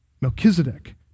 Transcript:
Melchizedek